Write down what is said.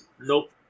Nope